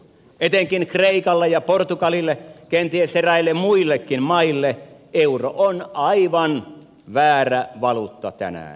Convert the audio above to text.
etenkin kreikalle ja portugalille kenties eräille muillekin maille euro on aivan väärä valuutta tänään